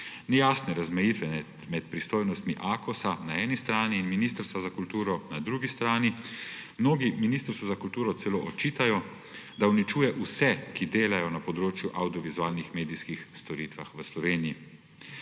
Ni jasne razmejitve med pristojnostmi Akosa na eni strani in Ministrstva za kulturo na drugi strani. Mnogi Ministrstvu za kulturo celo očitajo, da uničuje vse, ki delajo na področju avdiovizualnih medijskih storitvah v Sloveniji.